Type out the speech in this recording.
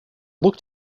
look